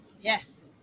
Yes